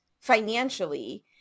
financially